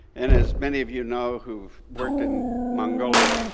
and as many of you know who've worked in mongolia,